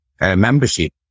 membership